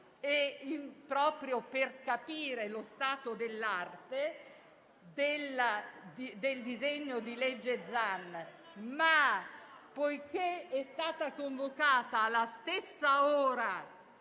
proprio per capire lo stato dell'arte del disegno di legge Zan. Ma poiché è stata convocata alla stessa ora